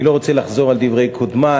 אני לא רוצה לחזור על דברי קודמי,